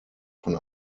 von